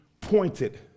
pointed